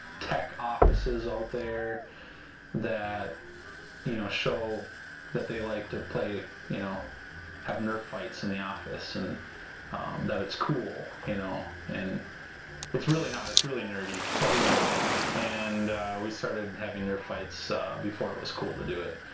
tech offices out there that you know show that they like to play you know have nerf fights in the office and that it's cool you know and it's really not it's really nerdy but we do it and we started and having their fights before it was cool to do it.